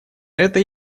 это